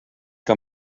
que